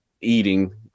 Eating